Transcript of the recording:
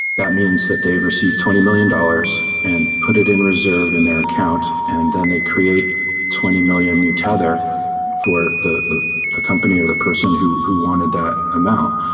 that means that they've received twenty million dollars and put it in reserve in their account and then they create twenty million new tether for the the company or the person who who wanted that amount.